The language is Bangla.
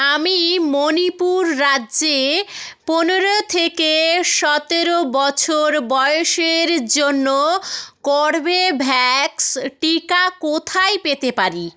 আমি মণিপুর রাজ্যে পনেরো থেকে সতেরো বছর বয়সের জন্য কর্বেভ্যাক্স টিকা কোথায় পেতে পারি